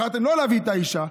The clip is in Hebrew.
בחרתם לא להביא את האישה.